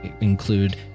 include